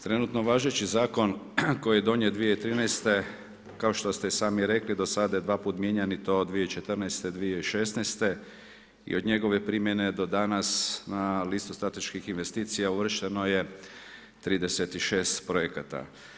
Trenutno važeći zakon koji je donijet 2013. kao što ste i sami rekli do sada je dvaput mijenjan i to od 2014. i 2016., i od njegove primjene do danas na listu strateških investicija uvršteno je 36 projekata.